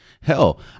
Hell